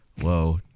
Whoa